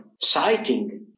citing